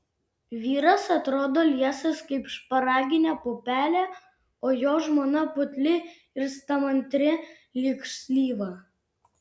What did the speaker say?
vyras atrodo liesas kaip šparaginė pupelė o jo žmona putli ir stamantri lyg slyva